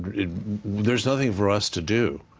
there's nothing for us to do.